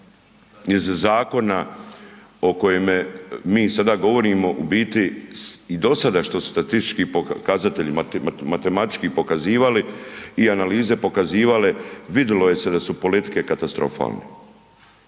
iz zakona o kojeme mi sada govorimo u biti i dosada što su statistički pokazatelji matematički pokazivali i analize pokazivale, vidilo je se da su politike katastrofalne.